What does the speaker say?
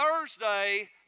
Thursday